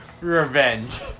revenge